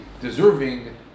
deserving